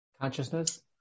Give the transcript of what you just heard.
Consciousness